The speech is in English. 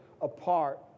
apart